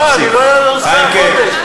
אני לא מסכים לחודש.